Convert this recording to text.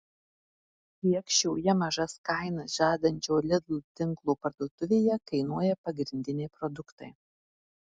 kiek šioje mažas kainas žadančio lidl tinklo parduotuvėje kainuoja pagrindiniai produktai